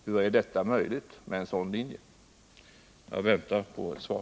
Hur är det då möjligt med en sådan linje som er? Jag väntar på ett svar.